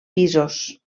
pisos